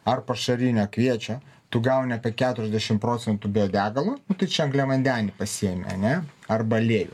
ar pašarinio kviečio tu gauni apie keturiasdešimt procentų biodegalų tai čia angliavandenių pasiėmi ane arba aliejų